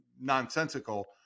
nonsensical